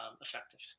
effective